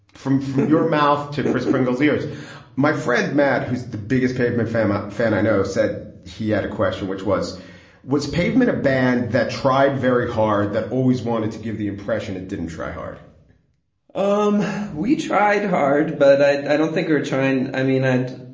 from your mouth to kris kringle, here's my friend matt, who's the biggest pavement fahmarr fan i know, said he had a question, which was was pavement, a band that tried very hard, that always wanted to give the impression it didn't try hard um we tried hard but i don't think trying try and i mean, i'd.